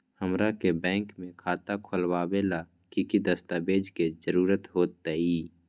हमरा के बैंक में खाता खोलबाबे ला की की दस्तावेज के जरूरत होतई?